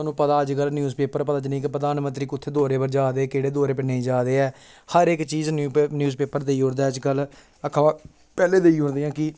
थाह्नूं पता अज्ज कल न्यूज़ पेपर पर प्रधानमंत्री कु'त्थें दौरे उप्पर जा दे केह्ड़े हौरे पर नेईं जा दे ऐ हर इक चीज न्यूज़ पेपर देई ओड़दा ऐ अज्ज कल अखबार पैह्लें देई ओड़ दियां कि